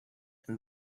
and